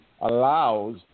allows